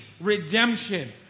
redemption